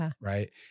right